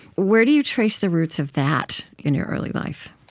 where do you trace the roots of that in your early life?